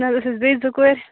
نَہ أسۍ حَظ بیٚیہِ زٕ کورِ